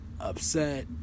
upset